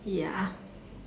ya